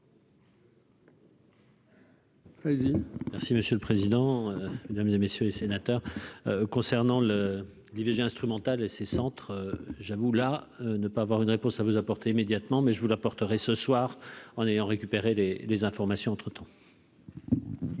merci monsieur le président, Mesdames et messieurs les sénateurs concernant l'IVG instrumentale et ses centres j'avoue là, ne pas avoir une réponse à vous apporter immédiatement mais je vous la porterez ce soir en ayant récupéré des des informations entre temps.